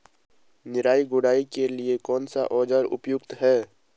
निराई गुड़ाई के लिए कौन सा औज़ार उपयुक्त है?